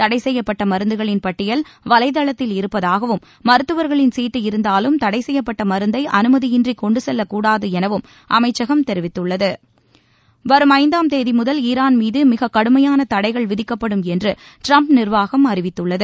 தடை செய்யப்பட்ட மருந்துகளின் பட்டியல் வலைதளத்தில் இருப்பதாகவும் மருத்துவர்களின் சீட்டு இருந்தாலும் தடை செய்யப்பட்ட மருந்தை அனுமதியின்றி கொண்டு செல்லக் கூடாது எனவும் அமைச்சகம் தெரிவித்துள்ளது வரும் ஜந்தாம் தேதி முதல் ஈரான் மீது மிகக் கடுமையான தடைகள் விதிக்கப்படும் என்று டிரம்ப் நிர்வாகம் அறிவித்துள்ளது